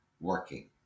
working